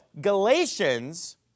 Galatians